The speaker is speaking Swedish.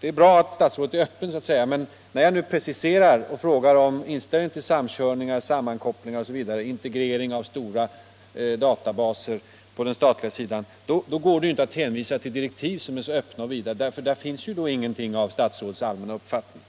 det är bra att statsrådet är öppen men att man, när jag nu mera preciserat frågar om inställningen till samkörningar, sammankopplingar och integrering av stora databaser på det statliga området, inte kan hänvisa till direktiv som är så öppna och vida. Där återfinns ju inget av statsrådets uppfattning.